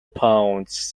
pounds